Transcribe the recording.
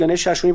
גני שעשועים,